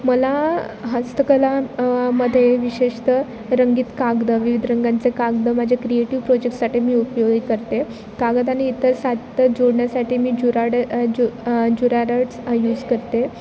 मला हस्तकला मध्ये विशेषतः रंगीत कागदं विविध रंगांचे कागदं माझ्या क्रिएटिव प्रोजेक्टसाठी मी उपयोगी करते कागद आणि इतर सात जोडण्यासाठी मी जुराड जु जुराड्स यूज करते